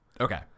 Okay